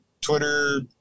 Twitter